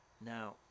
now